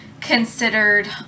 considered